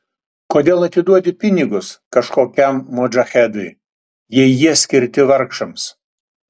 kodėl atiduodi pinigus kažkokiam modžahedui jei jie skirti vargšams